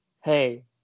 hey